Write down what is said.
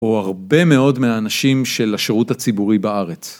הוא הרבה מאוד מהאנשים של השירות הציבורי בארץ.